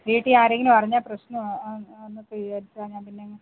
വീട്ടില് ആരെങ്കിലും അറിഞ്ഞാല് പ്രശ്നാ ആന്നൊക്കെ വിചാരിച്ചാണ് ഞാന് പിന്നങ്ങ്